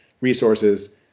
resources